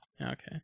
Okay